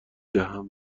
دهم